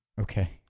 Okay